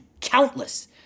countless